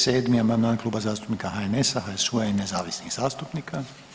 7. amandman Kluba zastupnika HNS-a, HSU-a i nezavisnih zastupnika.